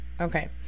okay